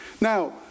now